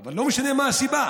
אבל לא משנה מה הסיבה,